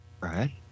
Right